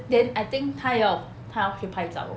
then I think 他要他要去拍照